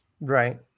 Right